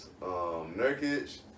Nurkic